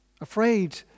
afraid